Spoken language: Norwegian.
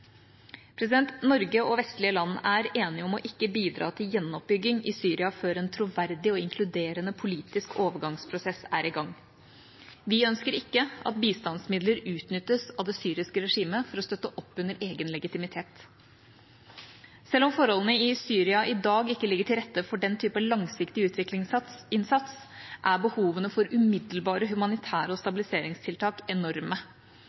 Norge og vestlige land er enige om ikke å bidra til gjenoppbygging i Syria før en troverdig og inkluderende politisk overgangsprosess er i gang. Vi ønsker ikke at bistandsmidler utnyttes av det syriske regimet for å støtte opp under egen legitimitet. Selv om forholdene i Syria i dag ikke ligger til rette for den type langsiktig utviklingsinnsats, er behovene for umiddelbare humanitære tiltak og stabiliseringstiltak enorme.